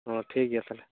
ᱦᱳ ᱴᱷᱤᱠ ᱜᱮᱭᱟ ᱛᱟᱦᱚᱞᱮ